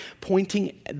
pointing